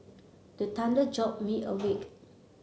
the thunder jolt me awake